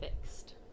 fixed